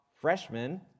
freshmen